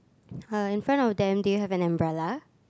uh in front of them do you have an umbrella